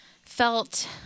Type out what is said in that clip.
felt